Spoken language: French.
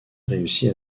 réussit